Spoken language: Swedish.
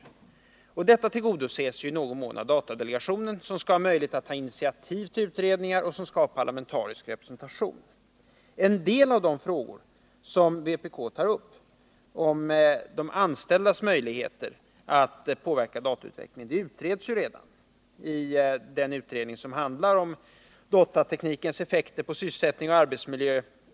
Detta krav tillgodoses i någon mån i och med inrättandet av datadelegationen, som skall ha möjlighet att ta initiativ till utredningar och som skall ha parlamentarisk representation. En del av de frågor som vpk tar upp om de anställdas möjligheter att påverka datautvecklingen utreds redan i den utredning som handlar om datateknikens effekter på sysselsättning och arbetsmiljö.